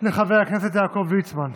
לחבר הכנסת יעקב ליצמן.